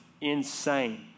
insane